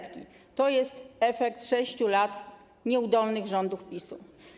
To jest efekt 6 lat nieudolnych rządów PiS.